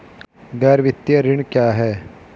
गैर वित्तीय ऋण क्या है?